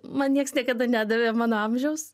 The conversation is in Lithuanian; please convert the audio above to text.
man nieks niekada nedavė mano amžiaus